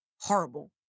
horrible